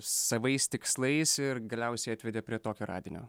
savais tikslais ir galiausiai atvedė prie tokio radinio